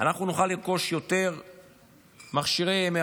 אנחנו נוכל לרכוש יותר מכשירי MRI